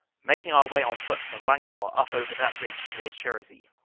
making our way on foot from vancourt up over that ridge towards cherisy,